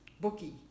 bookie